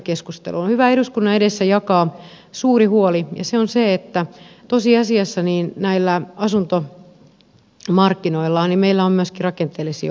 on hyvä eduskunnan edessä jakaa suuri huoli ja se on se että tosiasiassa näillä asuntomarkkinoilla meillä on myöskin rakenteellisia ongelmia